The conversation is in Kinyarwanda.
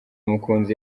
mukunzi